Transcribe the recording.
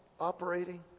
operating